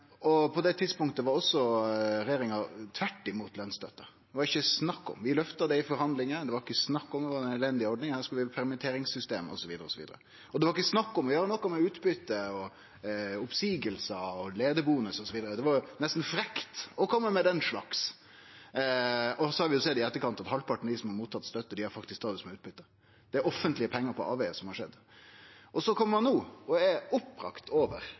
da. På det tidspunktet var også regjeringa tvert imot lønsstøtte. Det var ikkje snakk om. Vi løfta det i forhandlingar, det var ikkje snakk om, det var ei elendig ordning, her skulle vi ha permitteringssystem osv. Og det var ikkje snakk om å gjere noko med utbyte, oppseiingar, leiarbonus osv. – det var jo nesten frekt å kome med den slags. Så har vi sett i etterkant at halvparten av dei som har mottatt støtte, faktisk har tatt det som utbyte. Det er offentlege pengar på avvegar, og så kjem ein no og er opprørt over